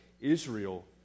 Israel